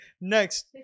Next